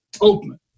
open